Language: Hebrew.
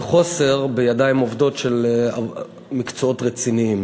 וחוסר בידיים עובדות של מקצועות רציניים.